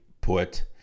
put